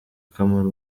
akamara